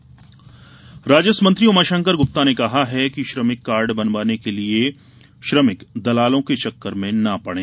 उमाशंकर गुप्ता राजस्व मंत्री उमाशंकर ग्रप्ता ने कहा है कि श्रमिक कार्ड बनवाने के लिए दललों के चक्कर में ना पड़े